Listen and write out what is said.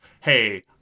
hey